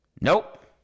Nope